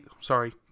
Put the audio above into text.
Sorry